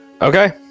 Okay